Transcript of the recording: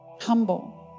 Humble